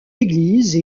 église